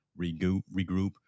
regroup